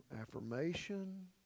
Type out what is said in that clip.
affirmation